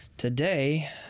Today